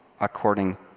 according